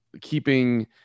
Keeping